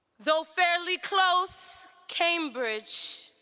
though fairly close, cambridge,